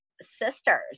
sisters